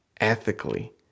ethically